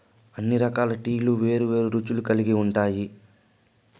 అన్ని రకాల టీలు వేరు వేరు రుచులు కల్గి ఉంటాయి